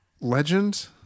Legend